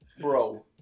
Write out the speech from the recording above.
Bro